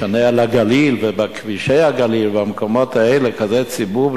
לשנע לגליל ובכבישי הגליל ובמקומות האלה כזה ציבור,